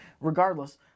regardless